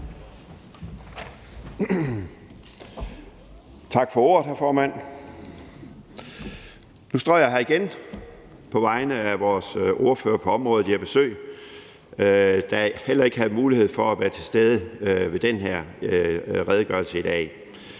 Tak for ordet, hr. formand. Nu står jeg her igen på vegne af vores ordfører på området, Jeppe Søe, der heller ikke har mulighed for at være til stede ved den her redegørelse i dag.